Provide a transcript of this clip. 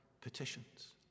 petitions